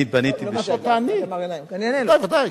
לא.